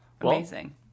Amazing